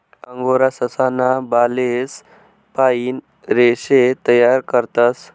angora ससा ना बालेस पाइन रेशे तयार करतस